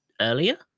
earlier